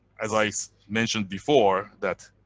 as i so mentioned before, that